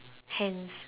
hands